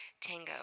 Tango